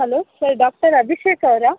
hello sir doctor Abhishek ಅವರಾ